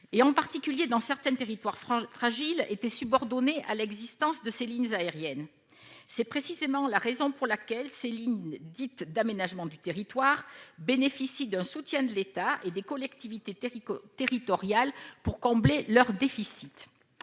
en particulier dans certains territoires fragiles, était subordonnée à l'existence de ces liaisons aériennes. C'est précisément la raison pour laquelle ces lignes, dites « d'aménagement du territoire », bénéficient d'un soutien de l'État et des collectivités territoriales pour combler leur déficit